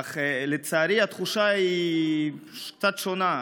אך לצערי, התחושה היא קצת שונה.